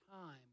time